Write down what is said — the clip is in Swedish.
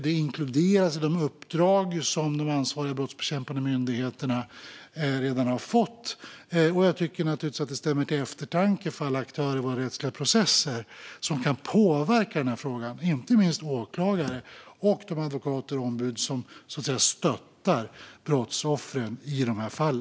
Detta inkluderas i de uppdrag som de ansvariga brottsbekämpande myndigheterna redan har fått. Jag tycker naturligtvis att detta stämmer till eftertanke för alla aktörer i våra rättsliga processer som kan påverka i denna fråga. Det gäller inte minst åklagare och de advokater och ombud som stöttar brottsoffren i dessa fall.